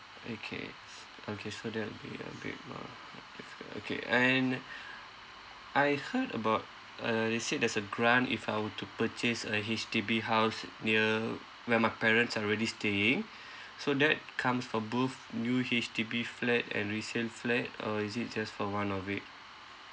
okay s~ okay so there'll be a great ma~ okay and I heard about uh they said there's a grant if I were to purchase a H_D_B house near where my parents are already staying so that comes for both new H_D_B flat and resale flat or is it just for one of it